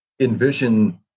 envision